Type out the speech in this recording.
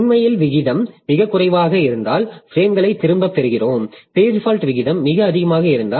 உண்மையான விகிதம் மிகக் குறைவாக இருந்தால் பிரேம்களைத் திரும்பப் பெறுகிறோம் பேஜ் ஃபால்ட் விகிதம் மிக அதிகமாக இருந்தால் இந்த பி